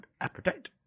appetite